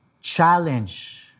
challenge